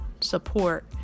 support